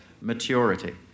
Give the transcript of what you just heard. Maturity